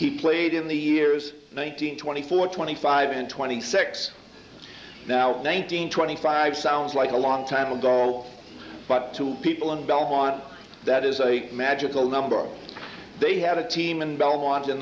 he played in the years one hundred twenty four twenty five and twenty six now nineteen twenty five sounds like a long time ago but to people in belmont that is a magical number they had a team in belmont in